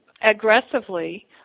aggressively